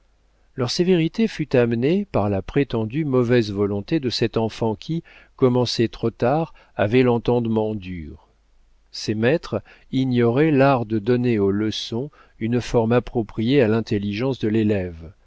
leur sévérité fut amenée par la prétendue mauvaise volonté de cette enfant qui commencée trop tard avait l'entendement dur ses maîtres ignoraient l'art de donner aux leçons une forme appropriée à l'intelligence de l'élève